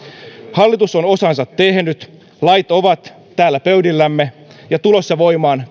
hallitus on osansa tehnyt lait ovat täällä pöydillämme ja tulossa voimaan